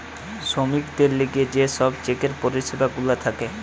শ্রমিকদের লিগে যে সব চেকের পরিষেবা গুলা থাকে